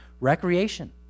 recreation